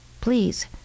please